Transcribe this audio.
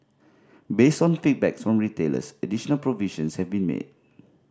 based on feedbacks from retailers additional provisions have been made